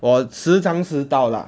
我时常迟到 lah